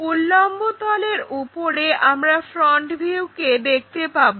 উল্লম্ব তলের উপরে আমরা ফ্রন্ট ভিউকে দেখতে পাবো